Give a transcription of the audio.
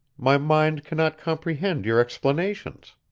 my mind cannot comprehend your explanations.